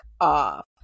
off